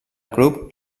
grup